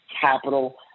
capital